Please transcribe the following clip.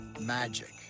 Magic